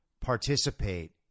Participate